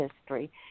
history